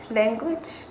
language